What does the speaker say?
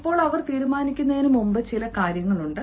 ഇപ്പോൾ അവർ തീരുമാനിക്കുന്നതിന് മുമ്പ് ചില കാര്യങ്ങളുണ്ട്